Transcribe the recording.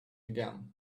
again